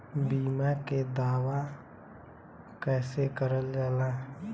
बीमा के दावा कैसे करल जाला?